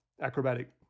acrobatic